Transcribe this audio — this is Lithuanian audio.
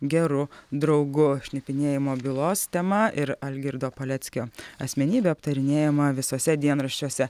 geru draugu šnipinėjimo bylos tema ir algirdo paleckio asmenybė aptarinėjama visuose dienraščiuose